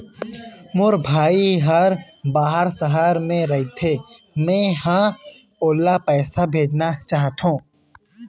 मोर भाई हर बाहर शहर में रथे, मै ह ओला पैसा भेजना चाहथों